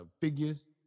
Figures